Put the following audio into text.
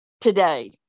today